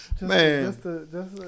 man